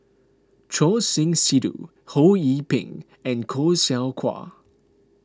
Choor Singh Sidhu Ho Yee Ping and Khoo Seow Hwa